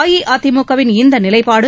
அஇஅதிமுகவின் இந்த நிலைப்பாடு